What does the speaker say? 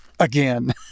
Again